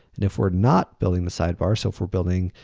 and if we're not building the sidebar so for building,